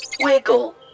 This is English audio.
wiggle